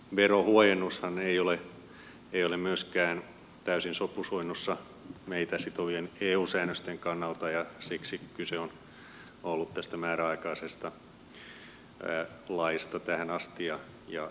tämä verohuojennushan ei ole myöskään täysin sopusoinnussa meitä sitovien eu säännösten kannalta ja siksi kyse on ollut tästä määräaikaisesta laista tähän asti ja niin nytkin